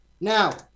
Now